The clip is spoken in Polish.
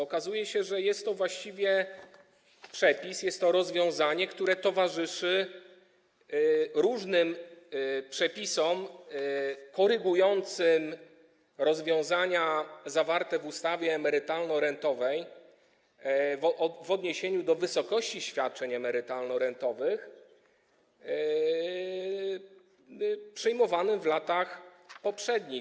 Okazuje się, że jest to przepis, jest to rozwiązanie, które towarzyszy różnym przepisom korygującym rozwiązania zawarte w ustawie emerytalno-rentowej w odniesieniu do wysokości świadczeń emerytalno-rentowych przyjmowanych w latach poprzednich.